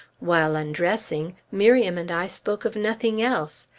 while undressing, miriam and i spoke of nothing else.